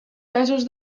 mesos